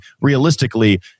Realistically